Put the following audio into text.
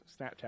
Snapchat